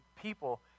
people